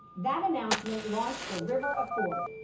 that announcement launched the river accord,